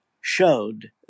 showed